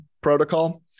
protocol